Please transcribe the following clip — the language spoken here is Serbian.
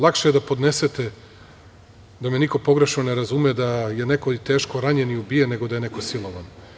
Lakše je da ponesete, da me niko pogrešno ne razume, da je neko i teško ranjen i ubijen nego da je neko silovan.